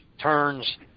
turns